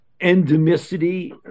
endemicity